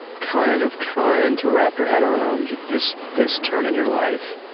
kind of trying to wrap your head around this this turn in your life